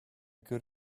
good